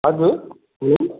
हजुर